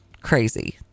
crazy